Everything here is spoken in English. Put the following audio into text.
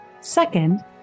Second